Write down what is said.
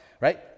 right